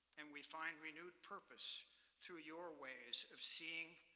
and we find renewed purpose through your ways of seeing,